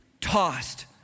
tossed